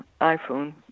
iPhone